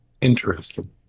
Interesting